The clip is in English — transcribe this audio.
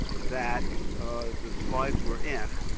that the slides were in,